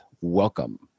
Welcome